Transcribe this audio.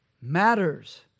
matters